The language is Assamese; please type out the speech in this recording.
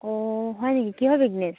অঁ হয় নেকি কিহৰ বিজনেছ